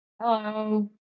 Hello